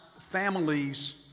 families